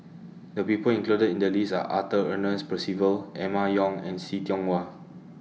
The People included in The list Are Arthur Ernest Percival Emma Yong and See Tiong Wah